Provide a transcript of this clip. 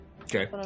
okay